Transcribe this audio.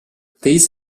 these